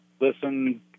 listen